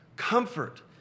comfort